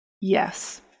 Yes